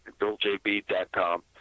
BillJB.com